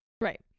right